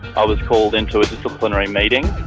i was called into a disciplinary meeting.